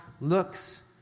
looks